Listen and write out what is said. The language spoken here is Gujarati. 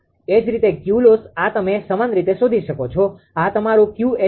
એ જ રીતે Qloss આ તમે સમાન રીતે શોધી શકો છો આ તમારું 𝑄𝑠 0